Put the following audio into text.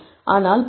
ஆனால் 0